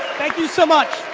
thank you so much.